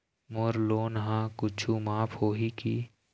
मोर loan हा कुछू माफ होही की?